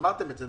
אמרתם את זה,